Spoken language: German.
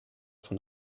von